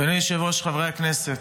אדוני היושב-ראש, חברי הכנסת,